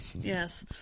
Yes